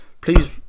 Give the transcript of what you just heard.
please